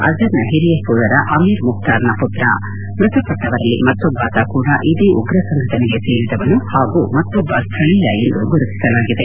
ಅಜರ್ ನ ಹಿರಿಯ ಸೋದರ ಅಮೀರ್ ಮುಖ್ತಾರ್ ನ ಪುತ್ರ ಮೃತ ಪಟ್ಟವರಲ್ಲಿ ಮತ್ತೊಬ್ಲಾತ ಕೂಡಾ ಇದೇ ಉಗ್ರ ಸಂಘಟನೆಗೆ ಸೇರಿದವನು ಹಾಗೂ ಮತ್ತೊಬ್ಲ ಸ್ಥಳೀಯ ಎಂದು ಗುರುತಿಸಲಾಗಿದೆ